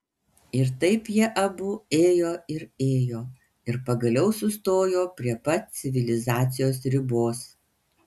ir taip jie abu ėjo ir ėjo ir pagaliau sustojo prie pat civilizacijos ribos